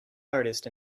artist